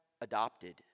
adopted